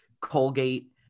Colgate